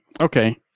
okay